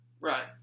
Right